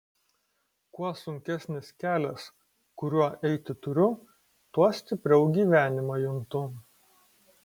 kuo sunkesnis kelias kuriuo eiti turiu tuo stipriau gyvenimą juntu